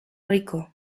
rico